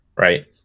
right